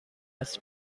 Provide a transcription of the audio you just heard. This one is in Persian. است